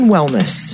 Wellness